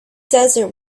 desert